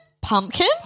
pumpkin